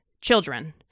children